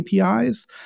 APIs